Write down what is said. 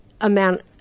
amount